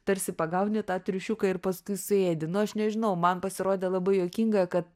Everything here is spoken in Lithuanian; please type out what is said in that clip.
tarsi pagauni tą triušiuką ir paskui suėdi nu aš nežinau man pasirodė labai juokinga kad